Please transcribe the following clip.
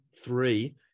three